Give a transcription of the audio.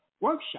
workshop